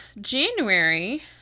January